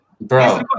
bro